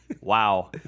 Wow